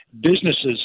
Businesses